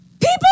People